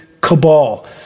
cabal